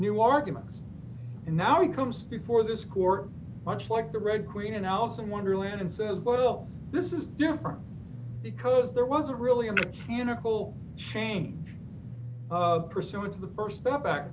new arguments and now he comes before this court much like the red queen in alice in wonderland and says well this is different because there was really a mechanical change pursuant to the st step back